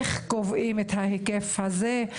איך קובעים את ההיקף הזה,